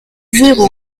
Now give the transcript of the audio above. zéro